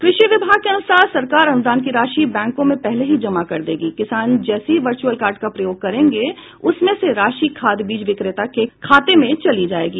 कृषि विभाग के अनुसार सरकार अनुदान की राशि बैंकों में पहले ही जमा कर देगी किसान जैसे ही वर्च्रअल कार्ड का प्रयोग करेंगे उसमें से राशि खाद बीज विक्रेता के खाते में चली जायेगी